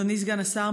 אדוני סגן השר,